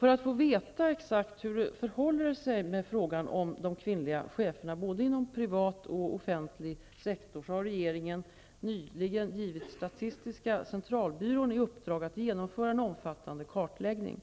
För att exakt få veta hur det förhåller sig med frågan om de kvinnliga cheferna, inom både privat och offentlig sektor, har regeringen nyligen givit statistiska centralbyrån i uppdrag att genomföra en omfattande kartläggning.